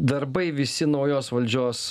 darbai visi naujos valdžios